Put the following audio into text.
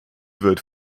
wird